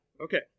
okay